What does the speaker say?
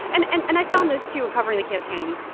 and and and i found this, too, in covering the campaign.